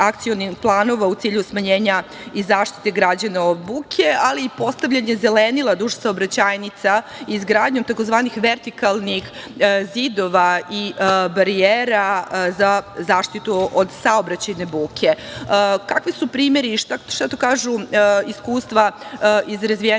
u cilju smanjenja i zaštite građana od buke, ali i postavljanje zelenila duž saobraćajnica izgradnjom tzv. vertikalnih zidova i barijera za zaštitu od saobraćajne buke. Kakvi su primeri i šta to kažu iskustva iz razvijenih